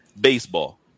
baseball